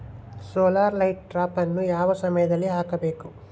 Solar light ಟ್ರಾಪನ್ನು ಯಾವ ಸಮಯದಲ್ಲಿ ಹಾಕಬೇಕು?